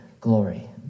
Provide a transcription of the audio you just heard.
glory